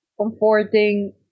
comforting